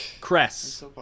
Cress